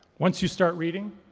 once you start reading,